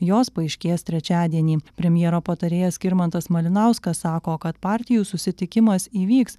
jos paaiškės trečiadienį premjero patarėjas skirmantas malinauskas sako kad partijų susitikimas įvyks